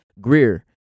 Greer